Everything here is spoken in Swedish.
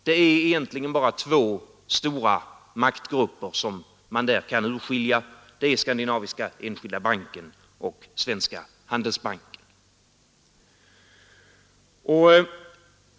Det är egentligen bara två stora maktgrupper som man där kan urskilja — Skandinaviska enskilda banken och Svenska handelsbanken.